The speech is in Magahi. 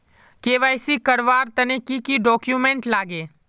के.वाई.सी करवार तने की की डॉक्यूमेंट लागे?